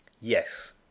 yes